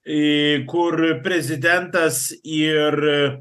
į kur prezidentas ir